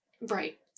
Right